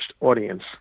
audience